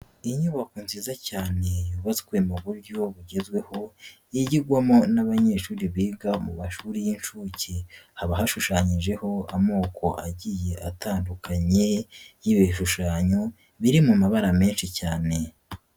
Inyubako nziza cyane yubatswe mu buryo bugezweho, yigirwamo n'abanyeshuri biga mu mashuri y'inshuke. Haba hashushanyijeho amoko agiye atandukanye y'ibishushanyo biri mu mabara menshi cyane.